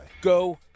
Go